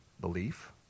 belief